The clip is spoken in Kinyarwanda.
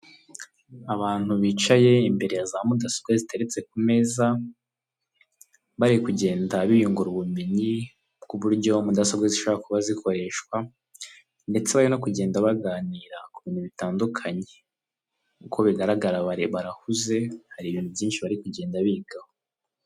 Isoko rifite ibicuruzwa bitandukanye by'imitako yakorewe mu Rwanda, harimo uduseke twinshi n'imitako yo mu ijosi, n'imitako yo kumanika mu nzu harimo n'ibibumbano bigiye bitandukanye n'udutebo.